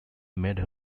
made